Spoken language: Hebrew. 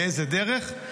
באיזה דרך,